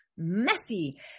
messy